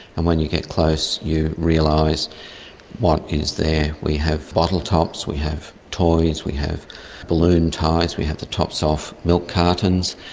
and when you get close you realise what is there. we have bottle tops, we have toys, we have balloon ties, we have the tops off milk cartons,